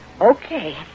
Okay